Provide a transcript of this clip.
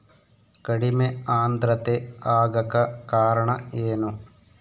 ಕಡಿಮೆ ಆಂದ್ರತೆ ಆಗಕ ಕಾರಣ ಏನು?